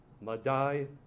Madai